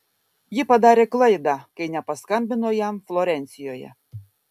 ji padarė klaidą kai nepaskambino jam florencijoje